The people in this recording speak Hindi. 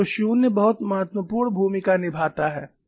तो शून्य बहुत महत्वपूर्ण भूमिका निभाता है